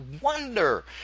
wonder